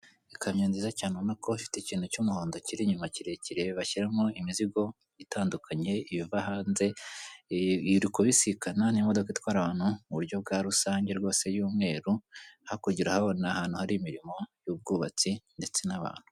Ikamyo nziza cyane ubona ko ifite ikintu cy'umuhondo kiri inyuma kirekire, bashyiramo imizigo itandukanye iva hanze, iri kubisikana n'imodoka itwara abantu mu buryo bwa rusange, rwose y'umweru, hakurya urahabona ahantu hari imirimo y'ubwubatsi ndetse n'abantu.